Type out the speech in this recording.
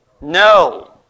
No